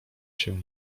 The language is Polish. się